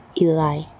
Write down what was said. Eli